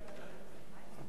סליחה.